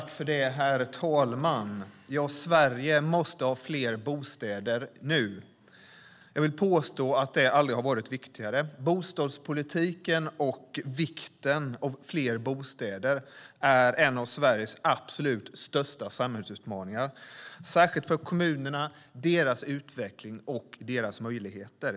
Herr talman! Sverige måste ha fler bostäder nu. Jag vill påstå att det aldrig har varit viktigare. Bostadspolitiken och vikten av fler bostäder är en av Sveriges absolut största samhällsutmaningar, särskilt för kommunernas utveckling och möjligheter.